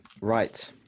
Right